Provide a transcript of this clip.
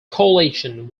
coalition